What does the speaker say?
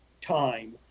time